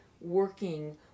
working